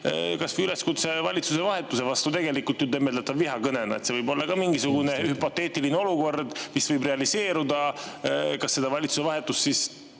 kasvõi üleskutse valitsuse vahetuseks tegelikult tembeldada vihakõneks. See võib olla ka mingisugune hüpoteetiline olukord, mis võib realiseeruda – kas seda valitsuse vahetust